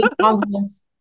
compliments